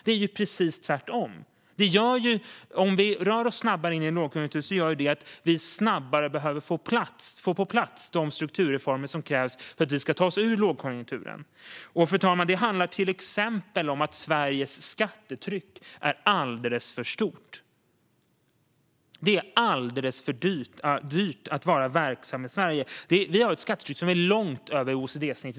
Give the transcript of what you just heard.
Det är precis tvärtom. Om vi rör oss snabbt in i en lågkonjunktur gör det att vi snabbare behöver få de strukturreformer på plats som krävs för att vi ska ta oss ur lågkonjunkturen. Fru talman! Det handlar till exempel om att Sveriges skattetryck är alldeles för högt. Det är alldeles för dyrt att vara verksam i Sverige. Vi har ett skattetryck som ligger långt över OECD-snittet.